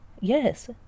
yes